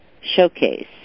Showcase